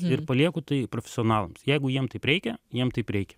ir palieku tai profesionalams jeigu jiem taip reikia jiem taip reikia